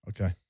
Okay